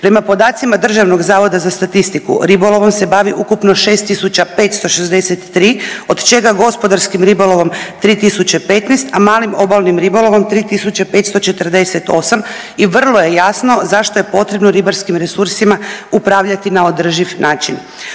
Prema podacima DZS ribolovom se bavi ukupno 6.563 od čega gospodarskim ribolovom 3.015, a malim obalnim ribolovom 3.548 i vrlo je jasno zašto je potrebno ribarskim resursima upravljati na održiv način.